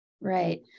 Right